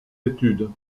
études